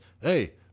hey